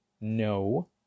No